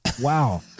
Wow